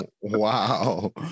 wow